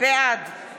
בעד